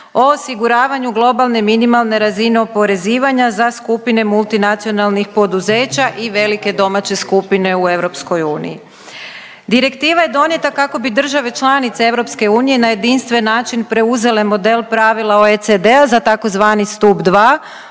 o osiguravanju globalne minimalne razine oporezivanja za skupine multinacionalnih poduzeća i velike domaće skupine u EU. Direktiva je donijeta kako bi države članice EU na jedinstven način preuzele model pravila OECD-a za tzv. stup